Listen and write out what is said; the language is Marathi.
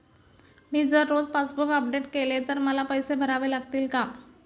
मी जर रोज पासबूक अपडेट केले तर मला पैसे भरावे लागतील का?